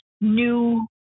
new